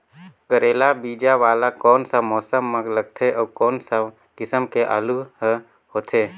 करेला बीजा वाला कोन सा मौसम म लगथे अउ कोन सा किसम के आलू हर होथे?